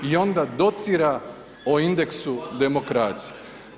I onda docira o indeksu demokracije.